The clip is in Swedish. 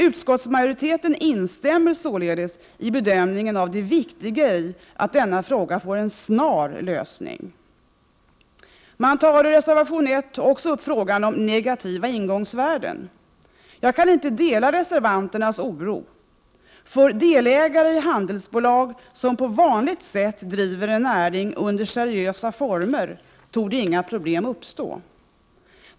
Utskottsmajoriteten instämmer således i bedömningen av det viktiga i att denna fråga får en snar lösning. Man tar i reservation 1 också upp frågan om negativa ingångsvärden. Jag kan inte dela reservanternas oro. För delägare i handelsbolag som på vanligt sätt driver en näring under seriösa former torde inga problem uppstå.